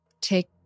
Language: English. take